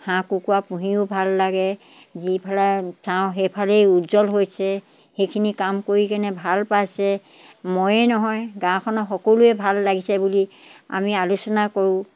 হাঁহ কুকুৰা পুহিও ভাল লাগে যিফালে চাওঁ সেইফালেই উজ্জ্বল হৈছে সেইখিনি কাম কৰি কেনে ভাল পাইছে মইয়ে নহয় গাঁওখনৰ সকলোৱে ভাল লাগিছে বুলি আমি আলোচনা কৰোঁ